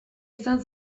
izan